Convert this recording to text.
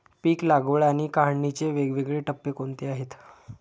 पीक लागवड आणि काढणीचे वेगवेगळे टप्पे कोणते आहेत?